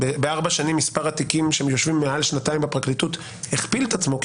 שבארבע שנים מספר התיקים שיושבים מעל שנתיים בפרקליטות הכפיל את עצמו,